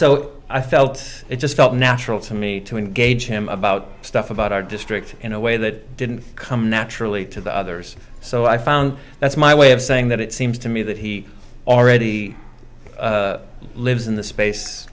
so i felt it just felt natural to me to engage him about stuff about our district in a way that didn't come naturally to the others so i found that's my way of saying that it seems to me that he already lives in the space